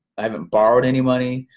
i haven't borrowed any money.